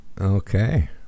Okay